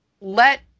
Let